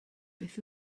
beth